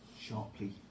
sharply